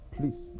Please